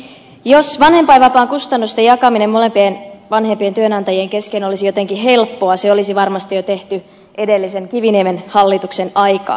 jos vanhem painvapaakustannusten jakaminen molempien vanhempien työnantajien kesken olisi jotenkin helppoa se olisi varmasti jo tehty edellisen kiviniemen hallituksen aikaan